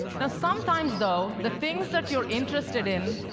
now, sometimes, though, the things that you're interested in,